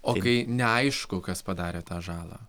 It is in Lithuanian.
o kai neaišku kas padarė tą žalą